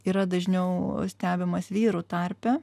yra dažniau stebimas vyrų tarpe